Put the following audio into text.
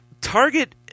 Target –